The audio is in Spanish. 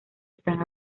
están